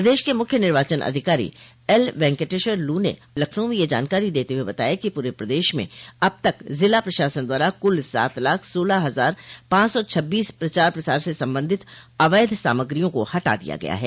प्रदेश के मुख्य निर्वाचन अधिकारी एलवेंकेटेश्वर लू न लखनऊ में यह जानकारी देते हुए बताया कि पूरे प्रदेश में अब तक जिला प्रशासन द्वारा कुल सात लाख सोलह हजार पांच सौ छब्बीस प्रचार प्रसार से संबंधित अवैध सामग्रियों को हटा दिया गया है